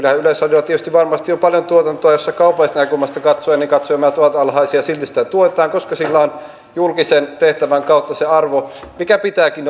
yleisradiolla tietysti varmasti on paljon tuotantoa jossa kaupallisesta näkökulmasta katsoen katsojamäärät ovat alhaisia silti sitä tuetaan koska sillä on julkisen tehtävän kautta se arvo mikä pitääkin